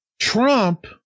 Trump